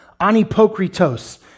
anipokritos